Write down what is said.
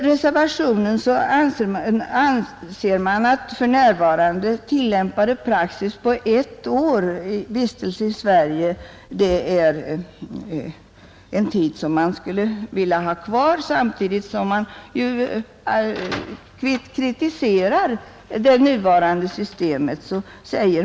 Det sägs i reservationen att för närvarande gällande praxis med krav på ett års vistelse i Sverige bör fortsätta. Samtidigt kritiserar man det nuvarande systemet.